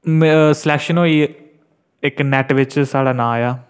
selection होई इक NET बिच्च साढ़ा नांऽ आया